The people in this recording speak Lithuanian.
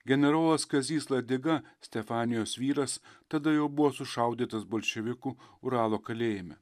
generolas kazys ladiga stefanijos vyras tada jau buvo sušaudytas bolševikų uralo kalėjime